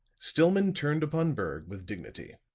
stillman turned upon berg with dignity.